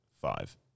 Five